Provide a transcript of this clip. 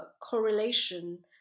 correlation